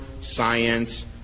science